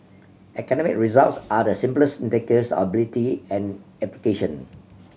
academic results are the simplest indicators ability and application